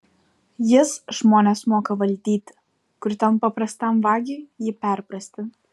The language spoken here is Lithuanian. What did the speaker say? jis žmones moka valdyti kur ten paprastam vagiui jį perprasti